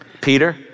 Peter